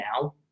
now